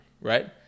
right